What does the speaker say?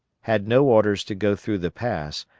had no orders to go through the pass,